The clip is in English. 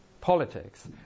politics